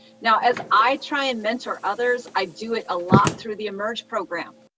now, as i try and mentor others, i do it a lot through the emerge program